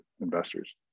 investors